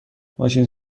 ماشین